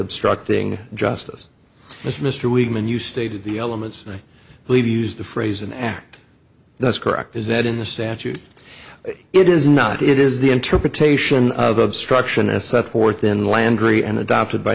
obstructing justice as mr wiedeman you stated the elements i believe use the phrase an act that's correct is that in the statute it is not it is the interpretation of obstruction as set forth in landry and adopted by